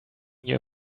you